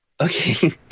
Okay